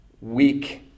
weak